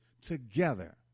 together